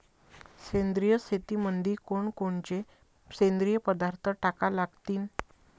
सेंद्रिय शेतीमंदी कोनकोनचे सेंद्रिय पदार्थ टाका लागतीन?